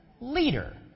Leader